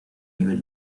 nivel